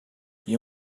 you